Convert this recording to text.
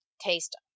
taste